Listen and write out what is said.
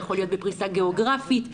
בפרישה גיאוגרפית,